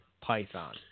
python